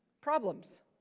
problems